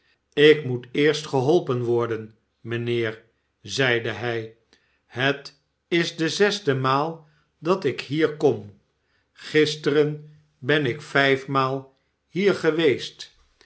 ik moet eerst geholpen worden mijnheer zeide hij shetisde zesde maal dat ik hier kom gisteren ben ik vijfmaal hier geweesu